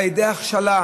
על ידי הכשלה,